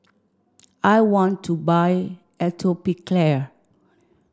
I want to buy Atopiclair